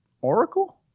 Oracle